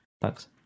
Thanks